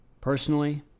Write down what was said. Personally